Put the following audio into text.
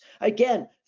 Again